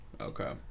Okay